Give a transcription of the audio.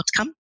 outcome